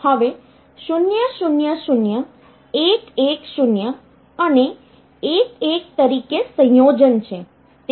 હવે 0 0 0 1 1 0 અને 1 1 તરીકે સંયોજન છે